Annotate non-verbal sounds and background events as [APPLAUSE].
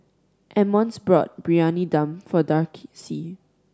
Emmons bought Briyani Dum for [UNINTELLIGIBLE]